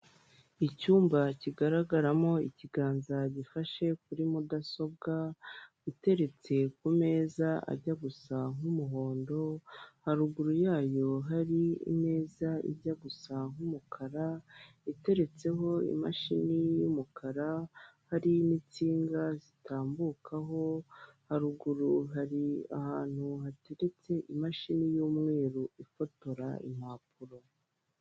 Icyumba kigaragaramo ikiganza gifashe kuri mudasobwa iteretse ku meza ajya gusa nk'umuhondo haruguru yayo hari imeza ijya gusa nk'umukara iteretseho imashini y'umukara hari n'insinga zitambukaho haruguru hari ahantu hateretse imashini y'umweru ifotora impapuro.